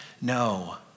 No